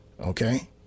okay